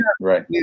right